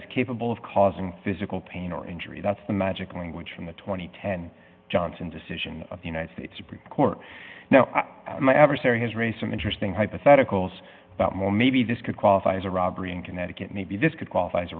is capable of causing physical pain or injury that's the magic language from the two thousand and ten johnson decision of the united states supreme court now my adversary has raised some interesting hypotheticals about more maybe this could qualify as a robbery in connecticut maybe this could qualif